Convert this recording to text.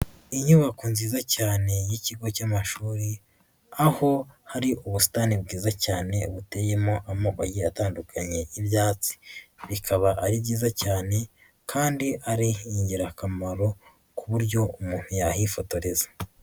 Inyubako nziza cyane y'ikigo cy'amashuri aho hari ubusitani bwiza cyane buteyemo amoko agiye atandukanye y'ibyatsi, bikaba ari byiza cyane kandi ari ingirakamaro ku buryo umuntu yahifotoreza.